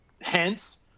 Hence